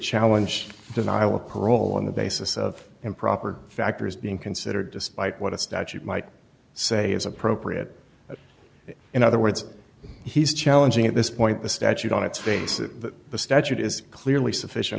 parole on the basis of improper factors being considered despite what a statute might say is appropriate in other words he's challenging at this point the statute on its face of the statute is clearly sufficient